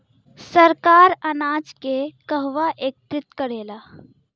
सरकार अनाज के कहवा एकत्रित करेला?